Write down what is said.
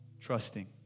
Trusting